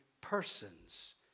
persons